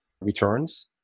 returns